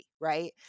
right